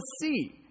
see